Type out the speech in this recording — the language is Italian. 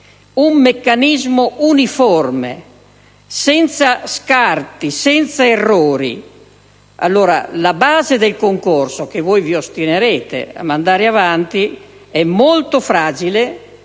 un meccanismo uniforme senza scarti, senza errori, la base del concorso che vi ostinate a mandare avanti è molto fragile,